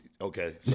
okay